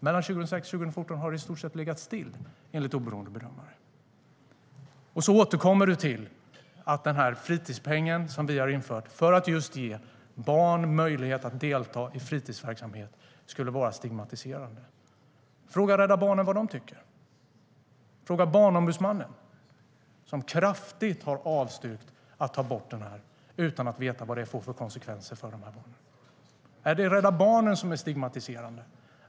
Mellan 2006 och 2014 har det i stort sett legat still, enligt oberoende bedömare. Du återkommer till att den fritidspeng som vi har infört för att ge barn möjlighet att delta i fritidsverksamhet skulle vara stigmatiserande. Fråga Rädda Barnen vad de tycker! Fråga Barnombudsmannen, som kraftigt har avstyrkt att ta bort pengen utan att veta vilka konsekvenser det får för dessa barn! Är det Rädda Barnen som är stigmatiserande?